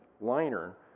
liner